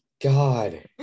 God